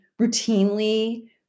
routinely